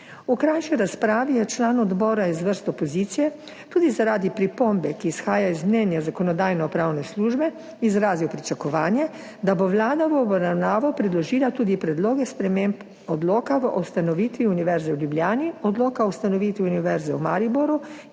V krajši razpravi je član odbora iz vrst opozicije tudi zaradi pripombe, ki izhaja iz mnenja Zakonodajno-pravne službe, izrazil pričakovanje, da bo Vlada v obravnavo predložila tudi predloge sprememb Odloka o ustanovitvi Univerze v Ljubljani, Odloka o ustanovitvi Univerze v Mariboru